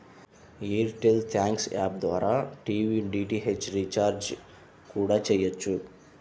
air tell thanks app ద్వారా TV DTH recharge కూడా చెయ్యొచ్చు